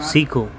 सीखो